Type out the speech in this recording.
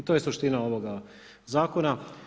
I to je suština ovoga zakona.